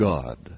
God